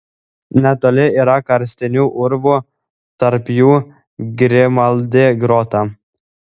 netoli yra karstinių urvų tarp jų grimaldi grota